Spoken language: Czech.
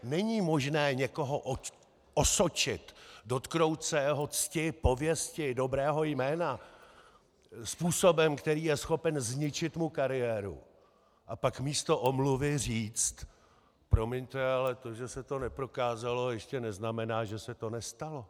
Není možné někoho osočit, dotknout se jeho cti, pověsti, dobrého jména způsobem, který je schopen zničit mu kariéru, a pak místo omluvy říct: Promiňte, ale to, že se to neprokázalo, ještě neznamená, že se to nestalo.